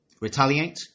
Retaliate